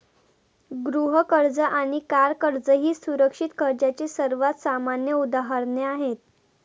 गृह कर्ज आणि कार कर्ज ही सुरक्षित कर्जाची सर्वात सामान्य उदाहरणे आहेत